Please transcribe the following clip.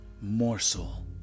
morsel